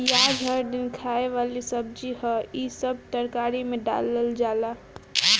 पियाज हर दिन खाए वाला सब्जी हअ, इ सब तरकारी में डालल जाला